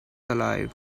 alive